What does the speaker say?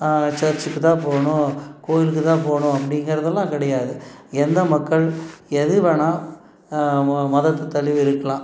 சர்ச்சுக்கு தான் போகணும் கோவிலுக்கு தான் போகணும் அப்படிங்கிறதெல்லாம் கிடையாது எந்த மக்கள் எது வேணுணா ம மதத்தை தழுவி இருக்கலாம்